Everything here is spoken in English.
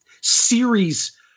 series